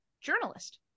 journalist